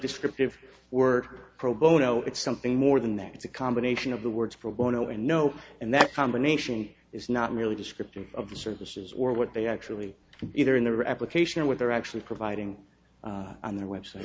descriptive word pro bono it's something more than that it's a combination of the words from bono and no and that combination is not really descriptive of the services or what they actually do either in their application or what they're actually providing on their website